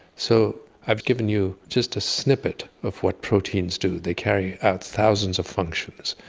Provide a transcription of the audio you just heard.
so i've given you just a snippet of what proteins do. they carry out thousands of functions,